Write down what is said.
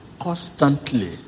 Constantly